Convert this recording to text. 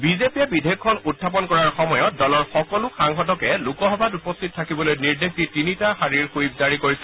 বিজেপিয়ে বিধেয়কখন উখাপন কৰাৰ সময়ত দলৰ সকলো সাংসদকে লোকসভাত উপস্থিত থাকিবলৈ নিৰ্দেশ দি তিনিটা শাৰীৰ ছইপ জাৰী কৰিছে